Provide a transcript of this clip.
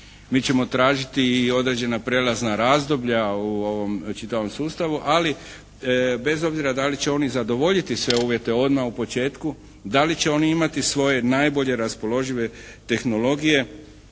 Mi ćemo tražiti i određena prijelazna razdoblja u ovom čitavom sustavu, ali bez obzira da li će oni zadovoljiti sve uvjete odmah u početku, da li će oni imati svoje najbolje raspoložive tehnologije